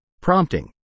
Prompting